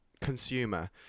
consumer